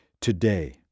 today